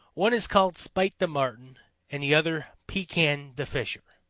one is called spite the marten and the other pekan the fisher.